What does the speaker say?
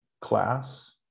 class